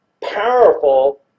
powerful